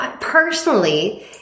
personally